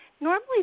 Normally